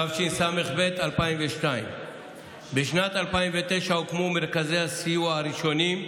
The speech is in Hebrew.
התשס"ב 2002. בשנת 2009 הוקמו מרכזי הסיוע הראשונים,